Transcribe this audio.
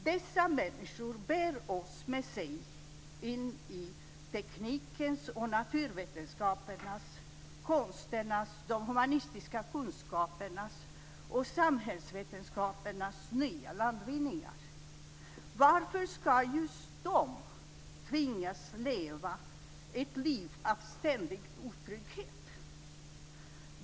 Dessa människor bär oss med sig in i teknikens och naturvetenskapernas, konsternas, de humanistiska kunskapernas och samhällsvetenskapernas nya landvinningar. Varför ska just de tvingas leva ett liv i ständig otrygghet?